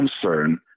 concern